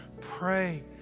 Pray